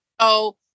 so-